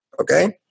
Okay